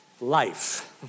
life